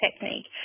technique